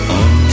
on